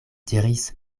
diris